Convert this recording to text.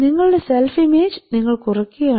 നിങ്ങളുടെ self image നിങ്ങൾ കുറയ്ക്കുകയാണ്